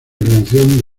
creación